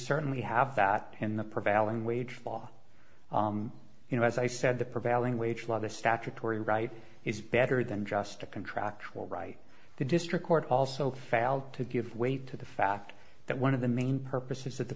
certainly have that in the prevailing wage law you know as i said the prevailing wage law the statutory right is better than just a contractual right the district court also failed to give weight to the fact that one of the main purpose